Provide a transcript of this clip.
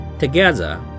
Together